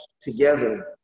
together